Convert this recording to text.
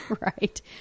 Right